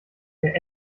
der